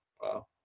Wow